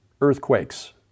earthquakes